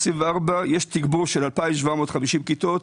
24' יש תגבור של 2,750 כיתות,